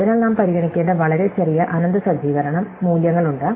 അതിനാൽ നാം പരിഗണിക്കേണ്ട വളരെ ചെറിയ അനന്ത സജ്ജീകരണ മൂല്യങ്ങളുണ്ട്